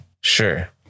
Sure